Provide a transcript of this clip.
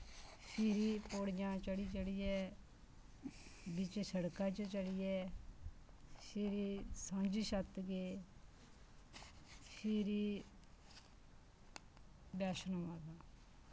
फिरी पौड़ियां चड़ी चड़ियै बिच्च शड़का च चलियै फिरी सांझी छत्त गे फिरी बैश्णो माता